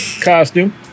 costume